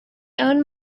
own